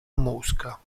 mosca